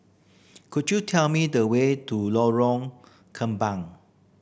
could you tell me the way to Lorong Kembang